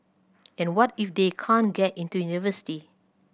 and what if they can't get into university